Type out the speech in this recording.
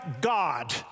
God